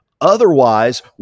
Otherwise